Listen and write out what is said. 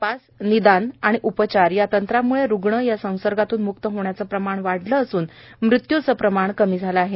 तपास निदान आणि उपचार या तंत्राम्ळे रुग्ण या संसर्गातून म्क्त होण्याचं प्रमाण वाढलं असून मृत्यूचं प्रमाण कमी झालं आहे